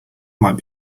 might